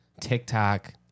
TikTok